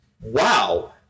wow